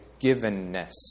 givenness